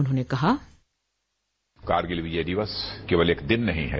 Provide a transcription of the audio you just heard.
उन्होंने कहा करगिल विजय दिवस केवल एक दिन नहीं है